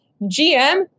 GM